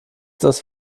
das